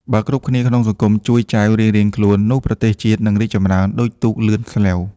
បើគ្រប់គ្នាក្នុងសង្គមជួយចែវរៀងៗខ្លួន នោះប្រទេសជាតិនឹងរីកចម្រើនដូចទូកលឿនស្លេវ។